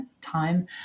time